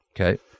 Okay